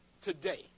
today